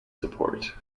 support